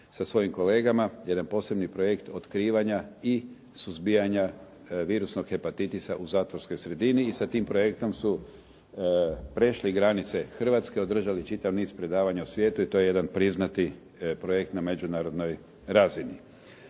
sa svojim kolegama, jedan posebni projekt otkrivanja i suzbijanja virusnog hepatitisa u zatvorskoj sredini i sa tim projektom su prešli granice Hrvatske, održali čitav niz predavanja u svijetu i to je jedan priznati projekt na međunarodnoj razini.